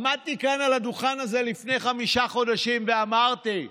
עמדתי כאן על הדוכן הזה לפני חמישה חודשים ואמרתי: